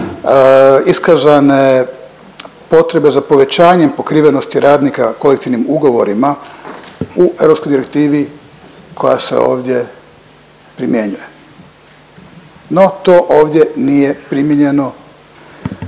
iskazane potrebe za povećanjem pokrivenosti radnika kolektivnim ugovorima u europskoj direktivi koja se ovdje primjenjuje. No to ovdje nije primijenjeno.